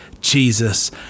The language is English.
Jesus